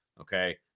okay